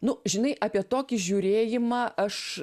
nu žinai apie tokį žiūrėjimą aš